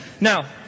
Now